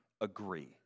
agree